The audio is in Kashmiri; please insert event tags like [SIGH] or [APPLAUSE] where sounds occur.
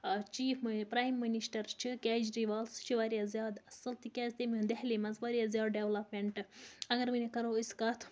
چیٖف [UNINTELLIGIBLE] پرٛایِم مٕنِسٹَر چھِ کیجرِوال سُہ چھِ واریاہ زیادٕ اَصٕل تِکیٛازِ تٔمۍ أنۍ دہلی منٛز واریاہ زیادٕ ڈٮ۪ولَپمٮ۪نٛٹ اَگر وَنہِ کَرو أسۍ کَتھ